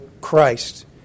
Christ